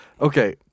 Okay